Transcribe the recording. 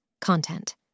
Content